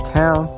town